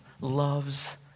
loves